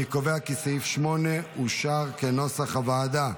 אני קובע כי סעיף 8, כנוסח הוועדה,